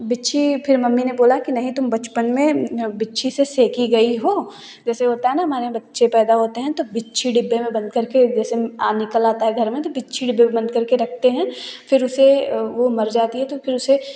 बिच्छू फिर मम्मी ने बोला कि नहीं तुम बचपन में बिच्छू से सेंकी गई हो जैसे होता है ना हमारे यहाँ पर बच्चे पैदा होते हैं ना बिच्छू डिब्बे में बन्द कर के जैसे आम निकल आता है घर में तो बिच्छू डिब्बे में बन्द कर के रखते हैं फिर उसे वो मर जाता है तो फिर उसे